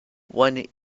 one